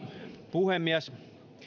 puhemies